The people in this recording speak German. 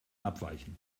abweichen